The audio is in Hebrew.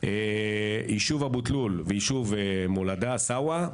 יישוב אבו-תלול ויישוב מולדה-סעווה,